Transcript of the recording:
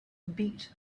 beat